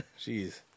Jeez